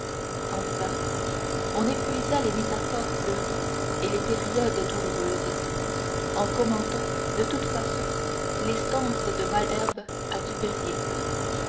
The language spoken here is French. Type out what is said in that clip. enfin on épuisa les métaphores fleuries et les périodes douloureuses en commentant de toute façon les stances de malherbe à dupérier